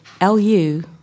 L-U